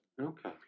Okay